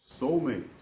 Soulmates